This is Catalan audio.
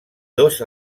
dos